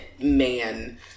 man